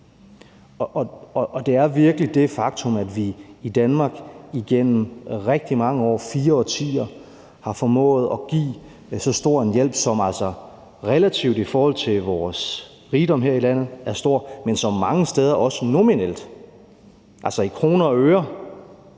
Det er virkelig et faktum, at vi i Danmark igennem rigtig mange år, fire årtier, har formået at give en stor hjælp; en hjælp, som altså relativt i forhold til vores rigdom her i landet er stor, men som mange steder også nominelt, altså i kroner og øre,